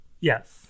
Yes